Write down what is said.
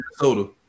Minnesota